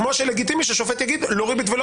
כמו שלגיטימי ששופט יגיד לא ריבית ולא